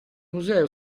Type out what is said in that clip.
museo